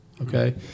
Okay